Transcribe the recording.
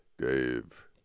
Dave